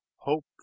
hope